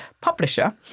publisher